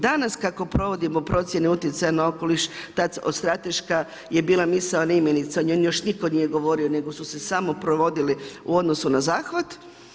Danas, kako provodimo procjene utjecaj na okoliš, tada od strateška je bila misao, ne imenica, o njoj još nitko nije govorio, nego su se samo provodili na odnosu na zahvat.